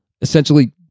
essentially